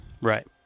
Right